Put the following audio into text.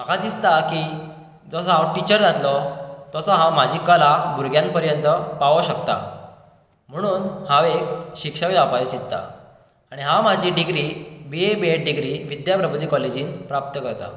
म्हाका दिसता की जसो हांव टिचर जातलो तसो हांव म्हजी कला हांव भुरग्या पर्यंत पावोवंक शकतां म्हणून हांव एक शिक्षक जावपाचे चिंतता आनी हांव म्हजी degree BA BEd degree Vidya Prabodhini कॉलेजींत प्राप्त करतां